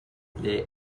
les